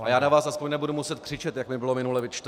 A já na vás aspoň nebudu muset křičet, jak mi bylo minule vyčteno.